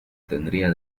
tendría